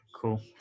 Cool